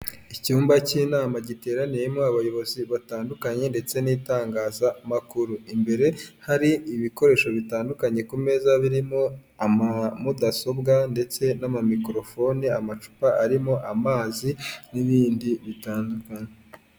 Icyumba k'inama giteraniyemo abayobozi batandukanye ndetse n'itangazamakuru, imbere hari ibikoresho bitandukanye ku meza birimo ama mudasobwa ndetse n'amamikorofoni amacupa arimo amazi n'ibindi bitandukanye.